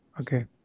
Okay